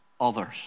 others